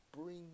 bring